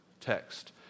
text